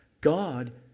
God